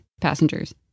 passengers